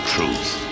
Truth